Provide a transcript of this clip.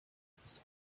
bis